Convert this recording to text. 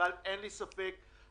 אין לי ספק בזה.